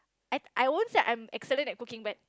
I I won't say I'm excellent at cooking but